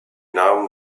namen